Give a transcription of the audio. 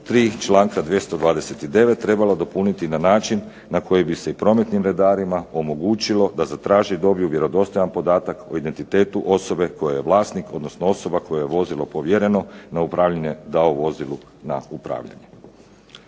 3. članka 229. trebala dopuniti na način na koji bi se i prometnim redarima omogućilo da zatraže i dobiju vjerodostojan podatak o identitetu osobe koja je vlasnik, odnosno osoba kojoj je vozilo povjereno na upravljanje dao vozilu na upravljanje.